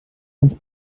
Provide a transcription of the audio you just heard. ganz